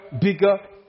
bigger